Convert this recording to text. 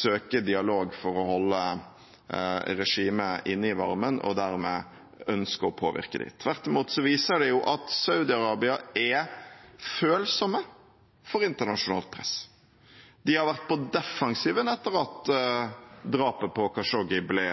søke dialog for å holde regimet inne i varmen og dermed ønske å påvirke det. Tvert imot viser det at Saudi-Arabia er følsom for internasjonalt press. De har vært på defensiven etter at drapet på Khashoggi ble